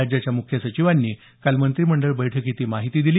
राज्याच्या मुख्य सचिवांनी काल मंत्रिमंडळ बैठकीत ही माहिती दिली